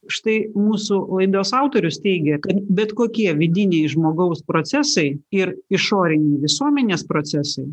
štai mūsų laidos autorius teigia kad bet kokie vidiniai žmogaus procesai ir išoriniai visuomenės procesai